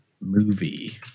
movie